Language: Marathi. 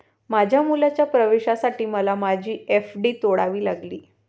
माझ्या मुलाच्या प्रवेशासाठी मला माझी एफ.डी तोडावी लागली